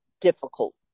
difficult